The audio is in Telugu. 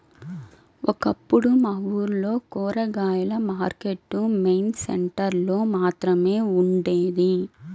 ఒకప్పుడు మా ఊర్లో కూరగాయల మార్కెట్టు మెయిన్ సెంటర్ లో మాత్రమే ఉండేది